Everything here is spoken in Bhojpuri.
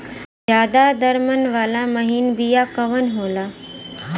ज्यादा दर मन वाला महीन बिया कवन होला?